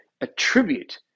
attribute